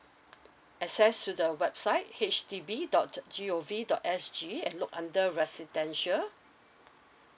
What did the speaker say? access to the website H D B dot G O V dot S G and look under residential